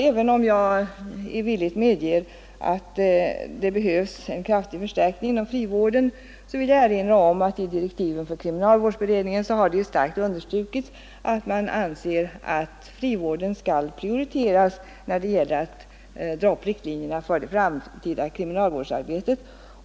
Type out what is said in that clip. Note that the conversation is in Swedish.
Även om jag villigt medger att det inom frivården behövs en kraftig förstärkning, vill jag erinra om att det i direktiven för kriminalvårdsberedningen starkt understrukits att frivården bör prioriteras när det gäller att dra upp riktlinjerna för det framtida kriminalvårdsarbetet.